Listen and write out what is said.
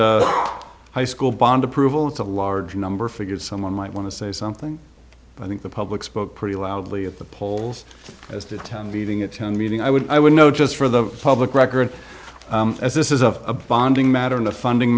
high school bond approval it's a large number figured someone might want to say something i think the public spoke pretty loudly at the polls as to town meeting at ten meeting i would i would note just for the public record as this is of a bonding matter in the funding